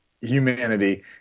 humanity